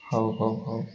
ହଉ ହଉ ହଉ